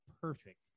Perfect